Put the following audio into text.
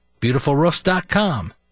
BeautifulRoofs.com